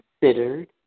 considered